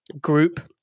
group